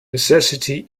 necessity